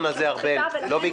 ארבל עוד לא סיימה.